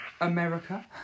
america